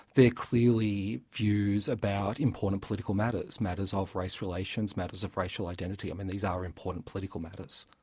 they're clearly views about important political matters, matters of race relations, matters of racial identity. i mean, these are important political matters.